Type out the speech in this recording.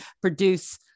produce